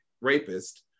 rapist